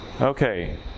okay